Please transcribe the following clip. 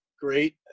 great